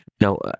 no